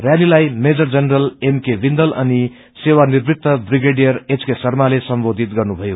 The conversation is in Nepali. रैलीलाई मेजर जनरल एमके विंउल अनि सेवानिवृत ब्रिगेडियर एच के शार्माले सम्बोधित गर्नुभयो